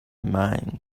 mind